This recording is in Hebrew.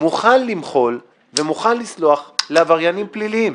מוכן למחול ומוכן לסלוח לעבריינים פליליים,